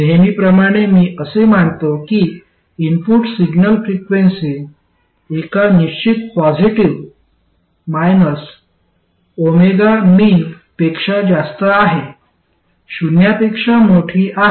नेहमीप्रमाणे मी असे मानतो की इनपुट सिग्नल फ्रिक्वेन्सी एका निश्चित पॉजिटीव्ह 𝜔min पेक्षा मोठी आहे शून्यापेक्षा मोठी आहे